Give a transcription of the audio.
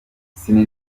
ciney